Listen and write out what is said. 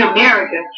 America